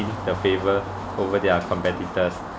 the favor over their competitors